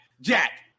Jack